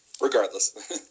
regardless